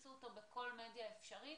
תפיצו אותו בכל מדיה אפשרית,